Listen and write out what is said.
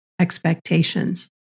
expectations